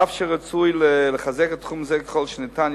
אף שרצוי לחזק תחום זה ככל שניתן,